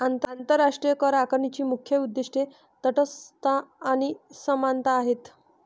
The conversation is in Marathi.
आंतरराष्ट्रीय करआकारणीची मुख्य उद्दीष्टे तटस्थता आणि समानता आहेत